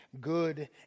good